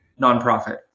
nonprofit